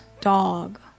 dog